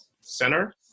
center